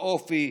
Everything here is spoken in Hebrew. באופי,